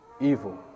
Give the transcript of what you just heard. evil